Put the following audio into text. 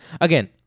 Again